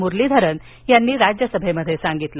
मुरलीधरन यांनी राज्यसभेत सांगितलं